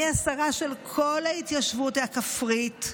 אני השרה של כל ההתיישבות הכפרית,